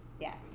Yes